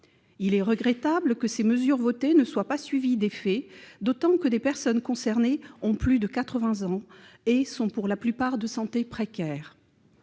Il est regrettable que ces mesures votées ne soient pas suivies d'effet, d'autant que les personnes concernées ont plus de 80 ans et sont pour la plupart de santé précaire.